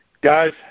Guys